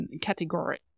category